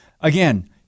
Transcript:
Again